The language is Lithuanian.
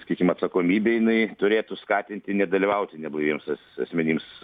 sakykim atsakomybė jinai turėtų skatinti nedalyvauti neblaiviems as asmenims